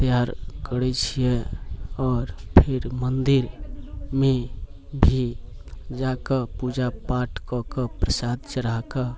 तैयार करैत छियै आओर फेर मन्दिरमे भी जा कऽ पूजा पाठ कऽ कऽ प्रसाद चढ़ा कऽ